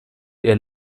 ihr